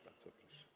Bardzo proszę.